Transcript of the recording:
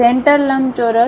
સેન્ટરલંબચોરસ